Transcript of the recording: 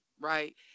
Right